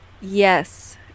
Yes